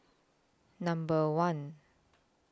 Number one